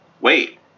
Wait